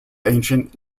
ancient